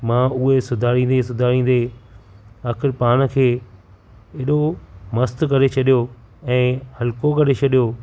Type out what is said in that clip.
मां उहो सुधारींदे सुधारींदे आख़िर पाण खे हेॾो मस्तु करे छॾियो ऐं हलको करे छॾियो